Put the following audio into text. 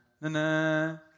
na-na